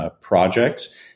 projects